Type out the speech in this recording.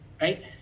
right